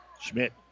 Schmidt